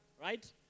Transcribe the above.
right